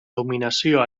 dominació